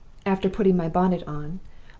after putting my bonnet on,